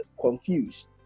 confused